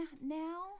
now